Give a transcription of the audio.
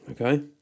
Okay